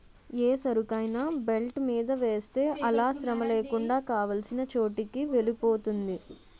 ఏ సరుకైనా బెల్ట్ మీద వేస్తే అలా శ్రమలేకుండా కావాల్సిన చోటుకి వెలిపోతుంది